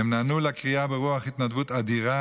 והם נענו לקריאה ברוח התנדבות אדירה